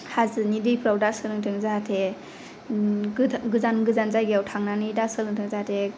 हाजोनि दैफ्राव दा सोलोंथों जाहाथे गोजान गोजान जायगायाव थांनानै दा सोलोंथों जाहाथे